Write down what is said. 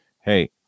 Hey